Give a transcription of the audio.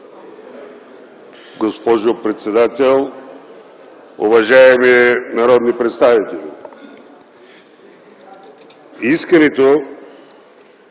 Госпожо председател, уважаеми народни представители! Искането